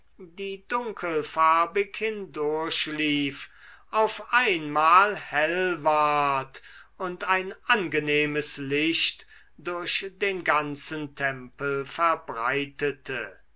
die dunkelfarbig hindurchlief auf einmal hell ward und ein angenehmes licht durch den ganzen tempel verbreitete